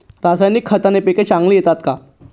रासायनिक खताने पिके चांगली येतात का?